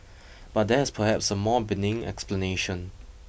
but there is perhaps a more benign explanation